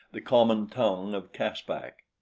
the common tongue of caspak.